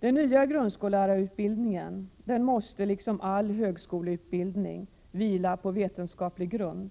Den nya grundskollärarutbildningen måste liksom all högskoleutbildning vila på vetenskaplig grund.